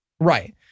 Right